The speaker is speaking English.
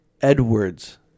Edwards